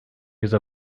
use